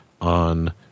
on